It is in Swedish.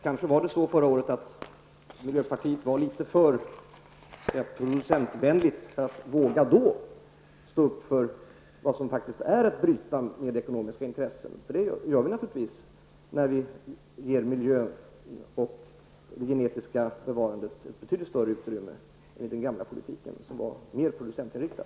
Kanske var ni i miljöpartiet i någon mån för producentvänliga förra året för att ha mod att stå upp för en politik som faktiskt innebär att man bryter med ekonomiska intressen. Så blir det ju när vi ger miljön och genetiken ett betydligt större utrymme jämfört med den gamla politiken, som alltså var mera producentinriktad.